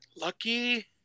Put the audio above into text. lucky